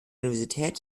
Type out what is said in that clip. universität